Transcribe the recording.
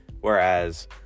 Whereas